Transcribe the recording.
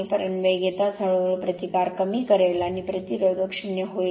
पण वेग येताच हळूहळू प्रतिकार कमी करेल आणि प्रतिरोधक 0 होईल